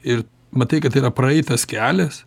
ir matai kad tai yra praeitas kelias